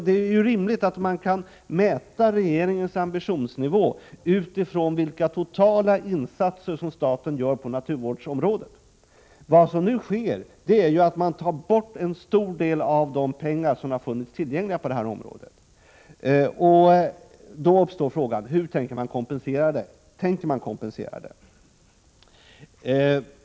Det är ju rimligt att man kan mäta regeringens ambition utifrån vilka totala insatser som staten gör på naturvårdsområdet. Vad som nu sker är att man tar bort en stor del av de pengar som har funnits tillgängliga på detta område. Då uppstår frågan: Hur tänker man kompensera det? Tänker man över huvud taget kompensera det?